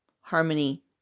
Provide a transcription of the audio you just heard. harmony